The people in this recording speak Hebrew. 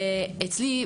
אצלי,